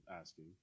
asking